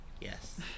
yes